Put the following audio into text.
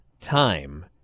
time